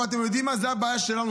אבל אתם יודעים מה, זאת הבעיה שלנו.